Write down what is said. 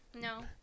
No